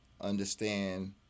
understand